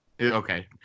Okay